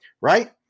right